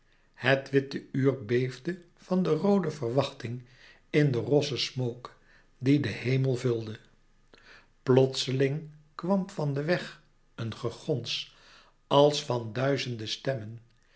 het witte uur beefde van roode verwachting in de rosse smook die den hemel vulde plotseling kwam van den weg een gegons als van duizende stemmen